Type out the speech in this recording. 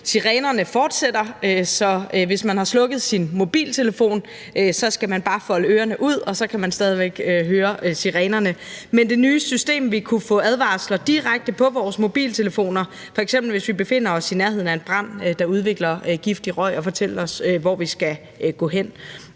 Sirenerne fortsætter, så hvis man har slukket sin mobiltelefon, skal man bare folde ørerne ud, og så kan man stadig væk hører sirenerne. Med det nye system vil vi kunne få advarsler direkte på vores mobiltelefoner, hvis vi f.eks. befinder os i nærheden af en brand, der udvikler giftig røg, så vi kan få fortalt, hvor vi skal gå hen.